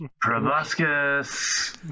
proboscis